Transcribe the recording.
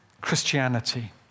Christianity